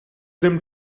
them